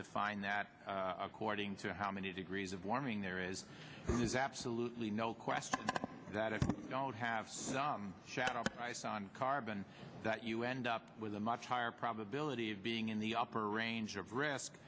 define that according to how many degrees of warming there is it is absolutely no question that if you don't have the shadow ice on carbon that you end up with a much higher probability of being in the upper range of risk